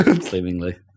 seemingly